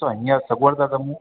ॾिसो हीअं सगोड़